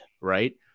Right